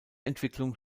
entwicklung